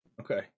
Okay